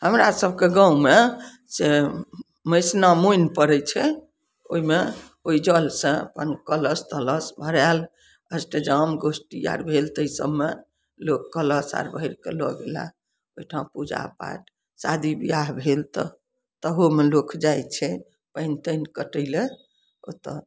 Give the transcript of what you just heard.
हमरा सबके गाँवमेसँ मेसन मोइन पड़य छै ओइमे ओइ जलसँ मानु कलश तलश भरायल अष्टजाम गोष्ठी आर भेल तऽ ई सबमे लोग कलश आर भरि कऽ लअ गेला ओइठाम पूजापाठ शादी बिआह भेल तऽ तहुमे लोक जाइ छै पानि तानि कटय लए ओतऽ